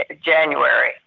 January